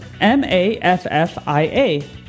M-A-F-F-I-A